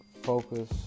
focus